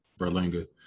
Berlinga